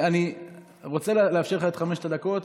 אני רוצה לאפשר לך את חמש הדקות.